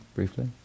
Briefly